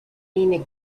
nina